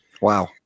Wow